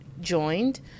joined